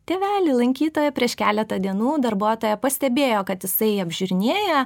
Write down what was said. tėvelį lankytoją prieš keletą dienų darbuotoja pastebėjo kad jisai apžiūrinėja